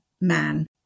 man